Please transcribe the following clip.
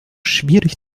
schwierig